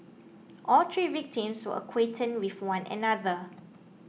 all three victims were acquainted with one another